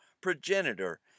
progenitor